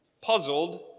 puzzled